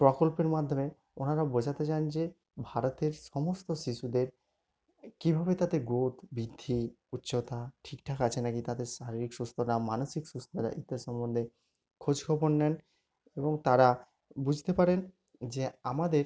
প্রকল্পের মাধ্যমে ওনারা বোঝাতে চান যে ভারতের সমস্ত শিশুদের কীভাবে তাদের গ্রোথ বৃদ্ধি উচ্চতা ঠিকঠাক আছে না কি তাদের শারীরিক সুস্থতা মানসিক সুস্থতা ইত্যাদির সম্বন্ধে খোঁজ খবর নেন এবং তারা বুঝতে পারেন যে আমাদের